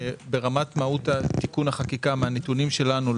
ברמת מהות תיקון החקיקה מן הנתונים שלנו,